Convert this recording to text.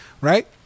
Right